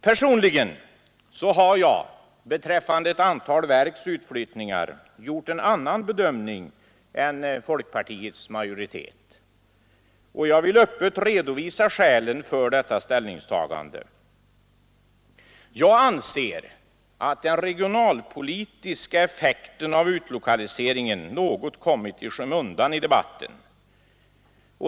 Personligen har jag beträffande ett antal verks utflyttning gjort en annan bedömning än folkpartiets majoritet. Jag vill öppet redovisa skälen för detta ställningstagande. Jag anser att den regionalpolitiska effekten av utlokaliseringen något kommit i skymundan i debatten.